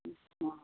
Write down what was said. অঁ